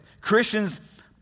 Christians